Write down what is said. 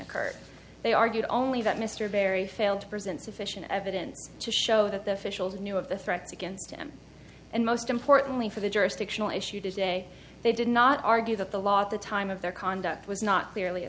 occurred they argued only that mr berry failed to present sufficient evidence to show that the officials knew of the threats against him and most importantly for the jurisdictional issue to say they did not argue that the law at the time of their conduct was not clearly